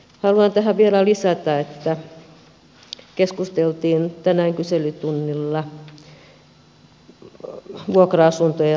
haluan tähän vielä lisätä että keskusteltiin tänään kyselytunnilla vuokra asuntojen rakentamisesta